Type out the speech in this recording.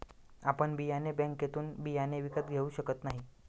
आपण बियाणे बँकेतून बियाणे विकत घेऊ शकत नाही